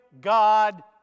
God